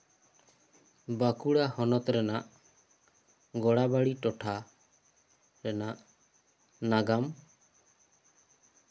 ᱵᱟᱸᱠᱩᱲᱟ ᱦᱚᱱᱚᱛ ᱨᱮᱱᱟᱜ ᱜᱳᱲᱟᱵᱟᱲᱤ ᱴᱚᱴᱷᱟ ᱨᱮᱱᱟᱜ ᱱᱟᱜᱟᱢ